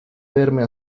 verme